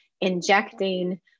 injecting